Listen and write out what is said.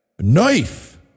knife